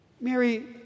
Mary